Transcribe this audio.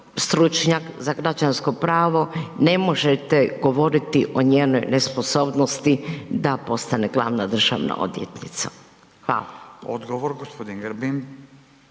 stručnjak za građansko pravo ne možete govoriti o njenoj nesposobnosti da postane glavna državna odvjetnica. Hvala. **Radin, Furio